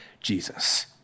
Jesus